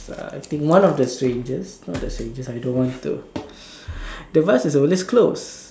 uh I think one of the strangest not the strangest I don't want to the vase is always closed